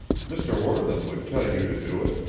mr. worthen would tell you to do it.